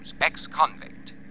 ex-convict